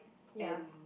ya